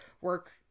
work